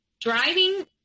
driving